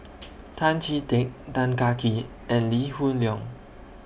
Tan Chee Teck Tan Kah Kee and Lee Hoon Leong